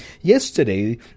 Yesterday